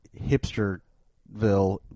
hipsterville